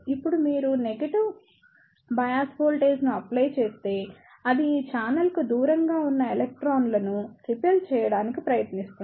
ఇప్పుడు మీరు negative bias వోల్టేజ్ను అప్లై చేస్తే అది ఈ ఛానెల్కు దూరంగా ఉన్న ఎలక్ట్రాన్లను రిపెల్ చేయడానికి ప్రయత్నిస్తుంది